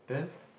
then